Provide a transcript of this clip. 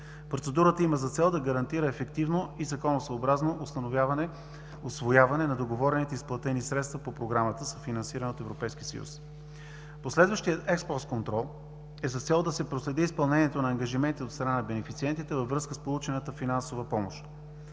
Процедурата има за цел да гарантира ефективно и законосъобразно усвояване на договорените изплатени средства по Програмата за финансиране от Европейски съюз. Последващият експост контрол е с цел да се проследи изпълнението на ангажименти от страна на бенефициентите във връзка с получената финансова помощ.